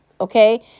okay